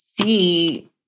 see